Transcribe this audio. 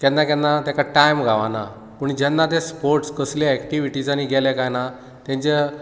केन्ना केन्ना तेका टायम गावाना पूण जेन्ना ते स्पोर्ट्स कसले एक्टिविटीजांनी गेले कांय ना तेंच्या